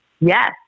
Yes